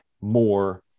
more